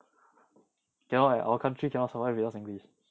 cannot eh our country cannot survive without singlish